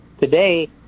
today